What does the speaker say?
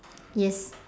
yes